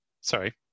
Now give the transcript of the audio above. Sorry